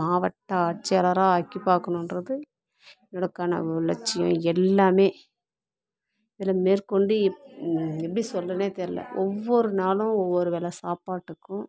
மாவட்ட ஆட்சியாளராக ஆக்கி பார்க்கணுன்றது என்னோட கனவு லட்சியம் எல்லாமே இதில் மேற்கொண்டு எப்படி சொல்கிறதுனே தெரியல ஒவ்வொரு நாளும் ஒவ்வொரு வேளை சாப்பாட்டுக்கும்